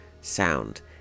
sound